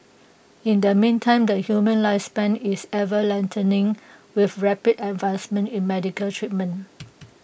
in the meantime the human lifespan is ever lengthening with rapid advancements in medical treatment